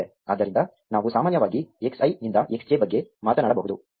ಆದ್ದರಿಂದ ನಾವು ಸಾಮಾನ್ಯವಾಗಿ x i ನಿಂದ x j ಬಗ್ಗೆ ಮಾತನಾಡಬಹುದು